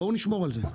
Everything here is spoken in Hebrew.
בואו נשמור על זה.